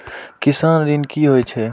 किसान ऋण की होय छल?